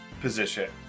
position